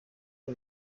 uyu